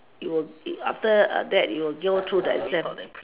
you will after that you will get through the